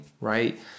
right